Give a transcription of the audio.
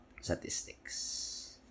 Statistics